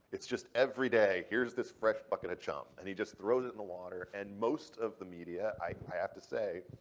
it's just every day. here's this fresh bucket of chum, and he just throws it in the water. and most of the media, i have to say,